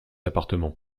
appartements